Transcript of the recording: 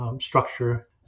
structure